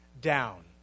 down